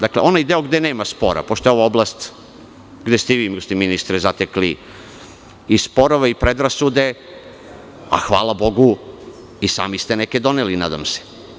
Dakle, onaj deo koji nema spora, pošto je ovo oblast gde ste i vi, gospodine ministre, zatekli i sporove i predrasude, a hvala bogu i sami ste neke doneli, nadam se.